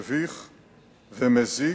מביך ומזיק.